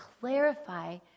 clarify